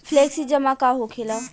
Flexi जमा का होखेला?